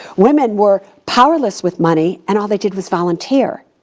women were powerless with money and all they did was volunteer.